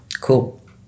Cool